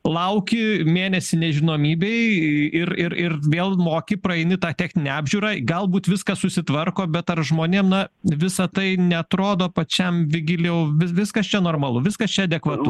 lauki mėnesį nežinomybėj i ir ir ir vėl moki praeini tą techninę apžiūrą galbūt viskas susitvarko bet ar žmonėm na visa tai neatrodo pačiam vigilijau viskas čia normalu viskas čia adekvatu